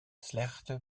slechte